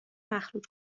مخلوط